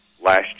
last